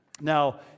Now